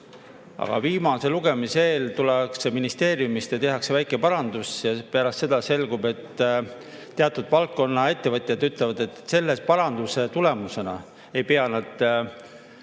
aga viimase lugemise eel tullakse ministeeriumist ja tehakse väike parandus, ja pärast seda selgub, et teatud valdkonna ettevõtjad ütlevad, et selle paranduse tulemusena ei pea nad